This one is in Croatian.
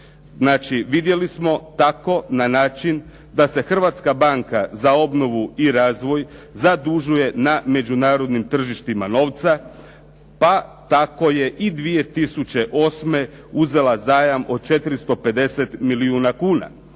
vidjeli smo, tako na način da se Hrvatska banka za obnovu i razvoj zadužuje na međunarodnim tržištima novca pa tako je i 2008. uzela zajam od 450 milijuna kuna.